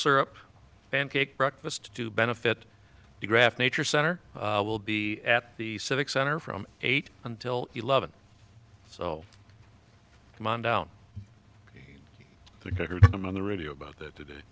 syrup pancake breakfast to benefit the graph nature center will be at the civic center from eight until eleven so come on down on the radio about that today